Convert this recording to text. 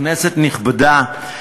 כנסת נכבדה,